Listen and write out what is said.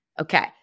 Okay